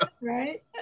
Right